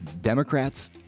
Democrats